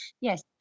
yes